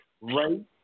right